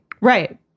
Right